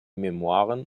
memoiren